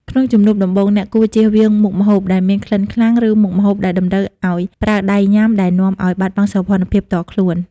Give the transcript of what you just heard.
ក្នុងជំនួបដំបូង អ្នកគួរចៀសវាងមុខម្ហូបដែលមានក្លិនខ្លាំង ឬមុខម្ហូបដែលតម្រូវឱ្យប្រើដៃញ៉ាំដែលនាំឱ្យបាត់បង់សោភ័ណភាពផ្ទាល់ខ្លួន។